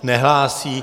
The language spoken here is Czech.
Nehlásí.